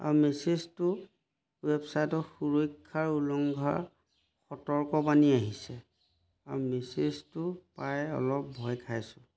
আৰু মেচেজটো ৱেবছাইটৰ সুৰক্ষাৰ উলংঘাৰ সতৰ্ক বানী আহিছে আৰু মেছেজটো পাই অলপ ভয় খাইছোঁ